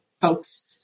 folks